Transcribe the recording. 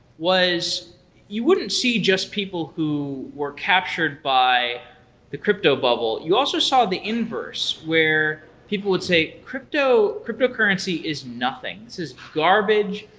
was you wouldn't see just people who were captured by the crypto bubble. you also saw the inverse where people would say, cryptocurrency is nothing. this is garbage.